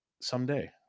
someday